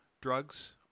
drugs